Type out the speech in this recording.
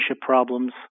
problems